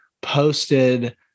posted